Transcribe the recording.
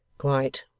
quite,